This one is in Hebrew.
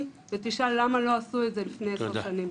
ותשאל למה לא עשו את זה לפני עשר שנים.